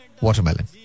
watermelon